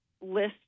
list